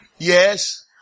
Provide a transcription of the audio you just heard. Yes